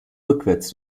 rückwärts